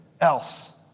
else